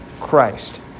Christ